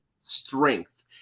strength